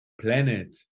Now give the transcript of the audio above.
planet